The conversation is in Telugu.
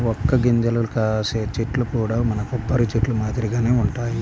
వక్క గింజలు కాసే చెట్లు కూడా మన కొబ్బరి చెట్లు మాదిరిగానే వుంటయ్యి